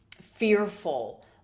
fearful